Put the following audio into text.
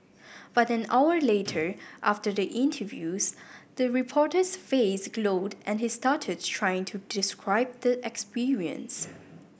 but an hour later after the interviews the reporter's face glowed and he stuttered trying to describe the experience